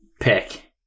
Pick